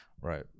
Right